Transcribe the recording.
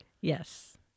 Yes